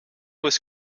was